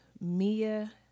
Mia